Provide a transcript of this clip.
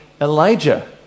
Elijah